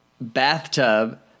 bathtub